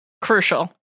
Crucial